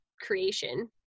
creation